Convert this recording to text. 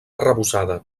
arrebossada